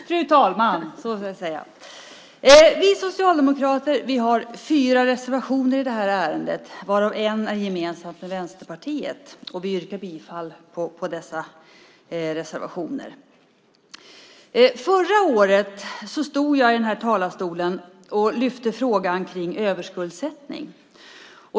Fru talman! Vi socialdemokrater har fyra reservationer i det här ärendet varav en gemensam med Vänsterpartiet, och jag yrkar bifall till dessa reservationer. Förra året stod jag i den här talarstolen och lyfte fram frågan om överskuldsättning.